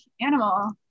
animal